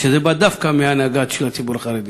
שזה בא דווקא מההנהגה של הציבור החרדי.